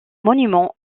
monument